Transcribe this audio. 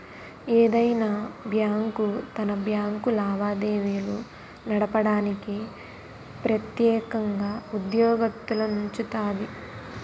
ఏదైనా బ్యాంకు తన బ్యాంకు లావాదేవీలు నడపడానికి ప్రెత్యేకంగా ఉద్యోగత్తులనుంచుతాది